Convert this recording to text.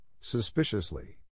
suspiciously